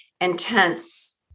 intense